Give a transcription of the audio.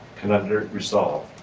can under it resolve,